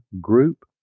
group